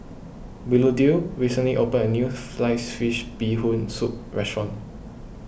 Willodean recently opened a new Sliced Fish Bee Hoon Soup restaurant